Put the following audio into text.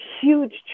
huge